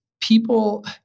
people